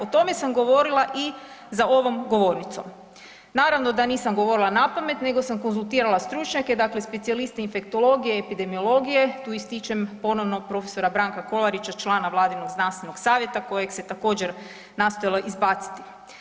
O tome sam govorila i za ovom govornicom, naravno da nisam govorila napamet nego sam konzultirala stručnjake, znači specijaliste infektologije i epidemiologije, tu ističem ponovno prof. Branka Kolarića, člana Vladinog znanstvenog savjeta kojeg se također, nastojalo izbaciti.